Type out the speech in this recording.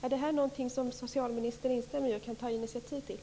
Är det här någonting som socialministern kan instämma i och ta initiativ till?